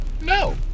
No